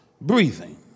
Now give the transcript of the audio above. breathing